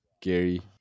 Gary